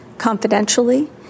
confidentially